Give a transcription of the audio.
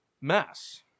Mass